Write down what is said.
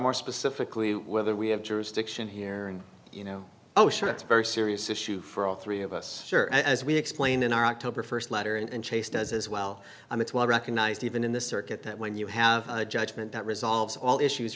more specifically whether we have jurisdiction here and you know oh sure it's a very serious issue for all three of us as we explained in our october st letter and chase does as well i'm it's well recognized even in the circuit that when you have a judgment that resolves all issues